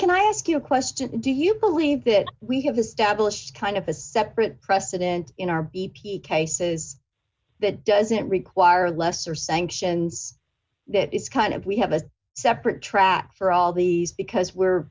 can i ask you a question do you believe that we have established kind of a separate precedent in our e p cases that doesn't require lesser sanctions that is kind of we have a separate track for all these because we're